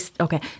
okay